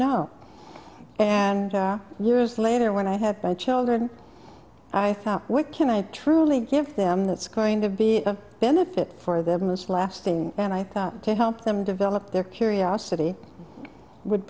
know and years later when i have by children i thought what can i truly give them that's going to be a benefit for them it's lasting and i thought to help them develop their curiosity would